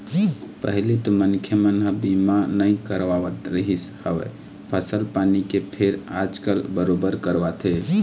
पहिली तो मनखे मन ह बीमा नइ करवात रिहिस हवय फसल पानी के फेर आजकल बरोबर करवाथे